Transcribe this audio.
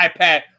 ipad